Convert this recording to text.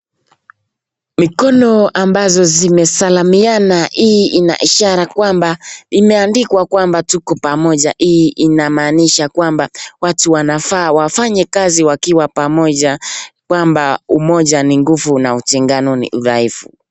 Mikono ambazo zimesalimiana, hii ina ishara kwamba imeandikwa kwamba tuko pamoja, hii inamaanisha kwamba watu wanafaa wafanye kazi wakiwa pamoja kwamba umoja ni nguvu na utengano ni udhaifu.